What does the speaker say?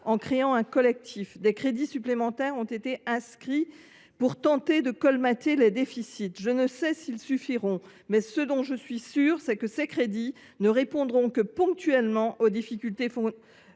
en créant un collectif. Des crédits supplémentaires ont été inscrits pour tenter de colmater les déficits. Je ne sais s’ils suffiront, mais ce dont je suis sûre, c’est que ces crédits permettront seulement de répondre ponctuellement aux difficultés